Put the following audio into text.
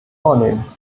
vornehmen